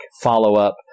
follow-up